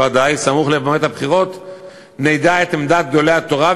ודאי סמוך למועד הבחירות נדע את עמדת גדולי התורה,